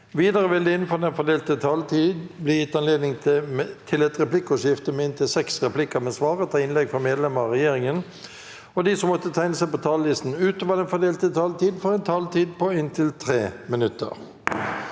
Videre vil det – innenfor den fordelte taletid – bli gitt anledning til et replikkordskifte med inntil fem replikker med svar etter innlegg fra medlemmer av regjeringen, og de som måtte tegne seg på talerlisten utover den fordelte taletid, får også en taletid på inntil 3 minutter.